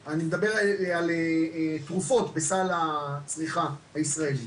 בשנה, אני מדבר על תרופות בסל הצריכה הישראלי.